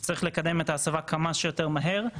שצריך לקדם את ההסבה כמה שיותר מהר.